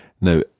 Now